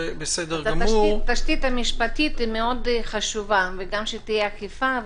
התשתית המשפטית מאוד חשובה, גם שתהיה אכיפה.